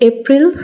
April